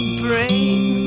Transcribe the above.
brain